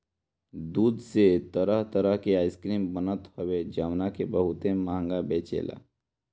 दूध से तरह तरह के आइसक्रीम बनत हवे जवना के बहुते महंग बेचाला